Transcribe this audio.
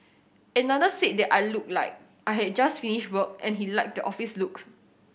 another said that I looked like I had just finished work and he liked the office look